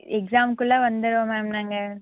எக்ஸாமுக்குள்ளே வந்துடுவோம் மேம் நாங்கள்